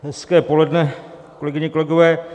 Hezké poledne, kolegyně, kolegové.